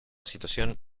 situación